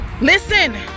Listen